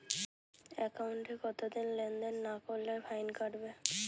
একাউন্টে কতদিন লেনদেন না করলে ফাইন কাটবে?